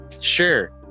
Sure